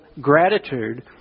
gratitude